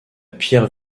pierre